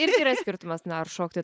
irgi yra skirtumas na ar šokti